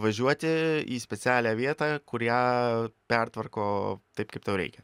važiuoti į specialią vietą kur ją pertvarko taip kaip tau reikia